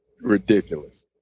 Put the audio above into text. ridiculous